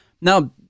Now